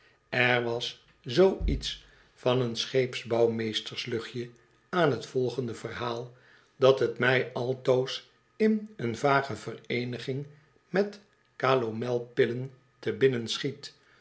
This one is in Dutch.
er was zoo iets van een scheepsbouwmeestersluchtje aan t volgende verhaal daar t mij altoos in een vage vereeniging met calomelpillen te binnen schiet